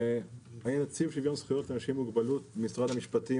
אני נציב שוויון זכויות לאנשים עם מוגבלות החדש במשרד המשפטים,